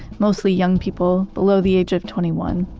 mostly young people, below the age of twenty one,